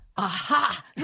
Aha